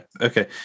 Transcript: okay